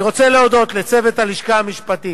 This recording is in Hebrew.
אני רוצה להודות לצוות הלשכה המשפטית,